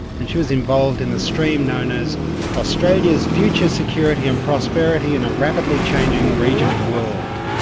and she was involved in the stream known as australia's future security and prosperity in a rapidly changing region and world.